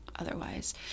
Otherwise